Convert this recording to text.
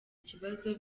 ikibazo